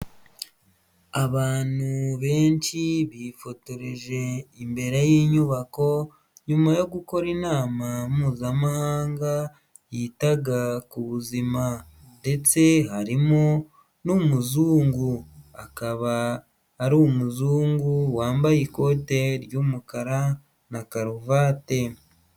Abantu benshi bifotoreje imbere y'inyubako, nyuma yo gukora inama mpuzamahanga yitaga ku buzima, ndetse harimo n'umuzungu akaba ari umuzungu wambaye ikote ry'umukara na karuvate.